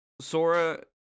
Sora